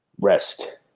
Rest